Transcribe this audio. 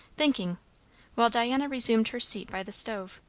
thinking while diana resumed her seat by the stove.